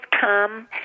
come